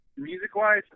Music-wise